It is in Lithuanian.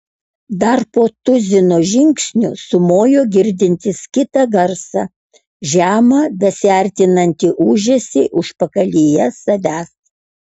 dar po tuzino žingsnių sumojo girdintis kitą garsą žemą besiartinantį ūžesį užpakalyje savęs